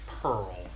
pearl